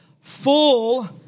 full